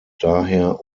daher